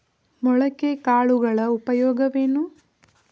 ಮೊಳಕೆ ಕಾಳುಗಳ ಉಪಯೋಗವೇನು?